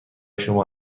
شما